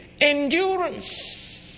endurance